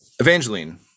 Evangeline